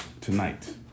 Tonight